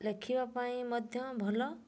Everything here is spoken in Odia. ଲେଖିବା ପାଇଁ ମଧ୍ୟ ଭଲ